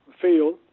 Field